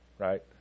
Right